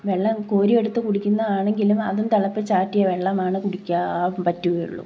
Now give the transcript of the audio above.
വെള്ളം കോരിയെടുത്ത് കുടിക്കുന്നത് ആണെങ്കിലും അതും തിളപ്പിച്ചാറ്റിയ വെള്ളമാണ് കുടിക്കാൻ പറ്റുകയുള്ളൂ